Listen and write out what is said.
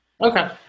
Okay